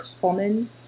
common